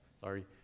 sorry